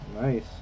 Nice